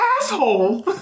asshole